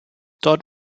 dort